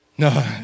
No